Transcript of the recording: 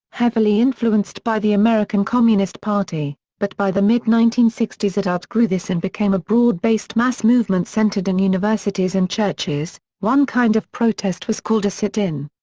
heavily influenced by the american communist party, but by the mid nineteen sixty s it outgrew this and became a broad-based mass movement centered in universities and churches one kind of protest was called a sit-in.